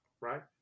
Right